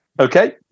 Okay